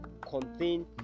contain